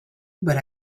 but